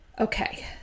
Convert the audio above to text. Okay